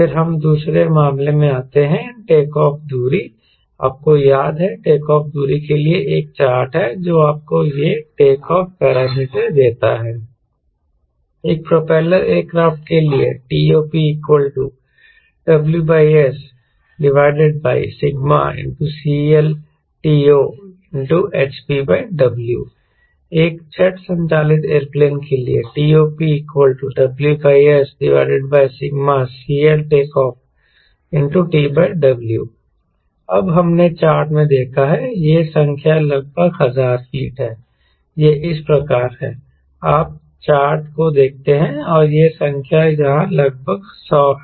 फिर हम दूसरे मामले में आते हैं टेकऑफ़ दूरी आपको याद है टेकऑफ़ दूरी के लिए एक चार्ट है जो आपको यह टेकऑफ़ पैरामीटर देता है एक प्रोपेलर एयरक्राफ्ट के लिए TOP WSσ CLTO hpW एक जेट संचालित एयरप्लेन के लिए TOP WSσ CLTO TW अब हमने चार्ट में देखा है यह संख्या लगभग 1000 फीट है यह इस प्रकार है आप चार्ट को देखते हैं और यह संख्या यहां लगभग 100 है